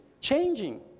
changing